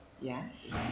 Yes